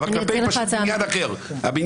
תסמכי על פוליטיקאים מסיבה פשוטה: כי ההגנה